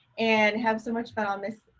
and have so much fun on this,